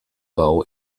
bau